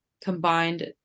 combined